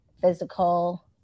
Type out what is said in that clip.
physical